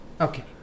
Okay